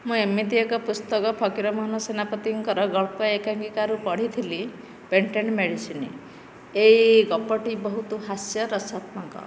ମୁଁ ଏମିତି ଏକ ପୁସ୍ତକ ଫକୀର ମୋହନ ସେନାପତିଙ୍କର ଗଳ୍ପ ଏକାଙ୍କିକାରୁ ପଢ଼ିଥିଲି ପେଟେଣ୍ଟ ମେଡ଼ିସିନ ଏହି ଗପଟି ବହୁତ ହାସ୍ୟ ରସାତ୍ମକ